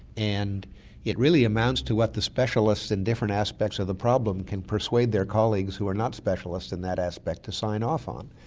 and it really amounts to what the specialists in different aspects of the problem can persuade their colleagues who are not specialists in that aspect to sign off on.